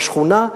בשכונה,